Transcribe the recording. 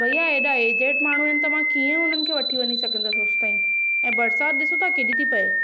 भैया एॾा एजेड माण्हू आहिनि त मां कीअं हुननि खे वठी वञी सघंदसि होसिताईं ऐं बरसाति ॾिसो तां केॾी थी पए